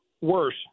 worse